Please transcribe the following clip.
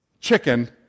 Chicken